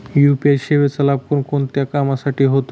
UPI सेवेचा लाभ कोणकोणत्या कामासाठी होतो?